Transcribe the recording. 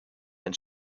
then